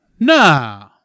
nah